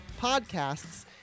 podcasts